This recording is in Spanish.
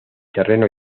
terreno